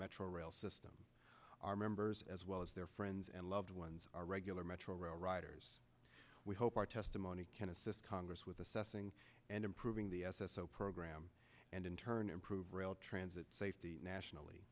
metro rail system our members as well as their friends and loved ones are regular metro riders we hope our testimony can assist congress with assessing and improving the s s o program and in turn improve rail transit safety nationally